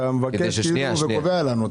אתה מבקש או שאתה קובע לנו?